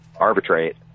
arbitrate